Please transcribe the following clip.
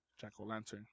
Jack-o'-lantern